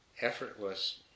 effortless